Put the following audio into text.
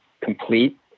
complete